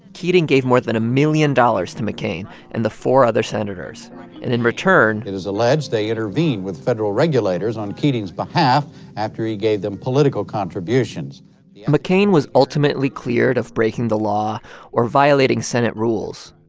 keating gave more than a million dollars to mccain and the four other senators. and in return. it is alleged they intervened with federal regulators on keating's behalf after he gave them political contributions mccain was ultimately cleared of breaking the law or violating senate rules,